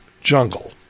jungle